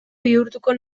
bihurtuko